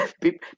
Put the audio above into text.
People